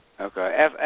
Okay